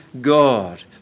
God